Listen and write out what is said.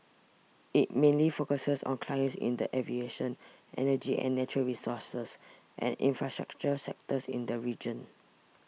it mainly focuses on clients in the aviation energy and natural resources and infrastructure sectors in the region